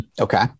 Okay